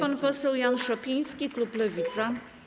Pan poseł Jan Szopiński, klub Lewica.